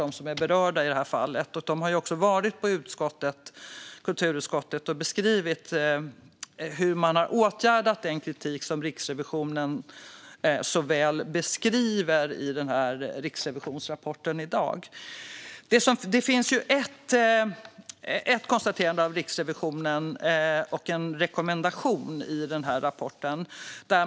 De som är berörda i det här fallet har också varit i kulturutskottet och beskrivit hur man har åtgärdat den kritik som Riksrevisionen så väl beskriver i denna rapport. Det finns ett konstaterande och en rekommendation av Riksrevisionen i den här rapporten.